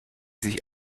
sich